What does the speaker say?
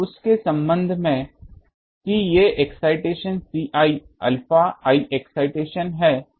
तो उस के संबंध में कि ये excitation Ci alpha i excitation है